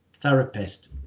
therapist